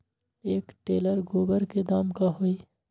एक टेलर गोबर के दाम का होई?